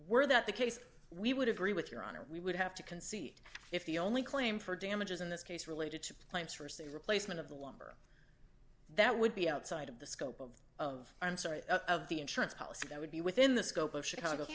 were that the case we would agree with your honor we would have to concede if the only claim for damages in this case related to plants for say replacement of the lumber that would be outside of the scope of of of the insurance policy that would be within the scope of chicago